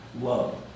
Love